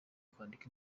kwandika